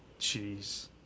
Jeez